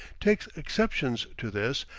takes exceptions to this,